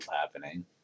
happening